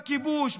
בכיבוש,